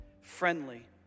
friendly